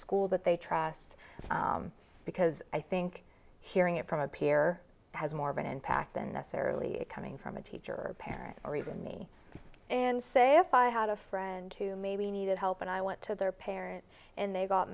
school that they trust because i think hearing it from a peer has more of an impact than necessarily coming from a teacher or parent or even me and say if i had a friend who maybe needed help and i went to their parent and they got